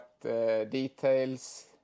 details